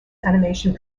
animation